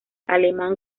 alemán